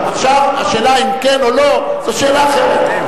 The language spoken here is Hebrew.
עכשיו, השאלה אם כן או לא זו שאלה אחרת.